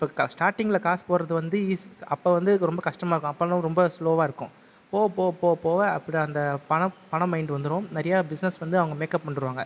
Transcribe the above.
ஸ்டார்டிங்கில் காசு போடுகிறது வந்து அப்போ வந்து ரொம்ப கஷ்டமாக இருக்கும் அப்போ எல்லாம் ரொம்ப ஸ்லோவாக இருக்கும் போக போக போக அந்த பணம் பணம் மைண்டு வந்துடும் நிறைய பிசினஸ் வந்து அவங்க மேக்கப் பண்ணிவிடுவாங்க